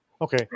Okay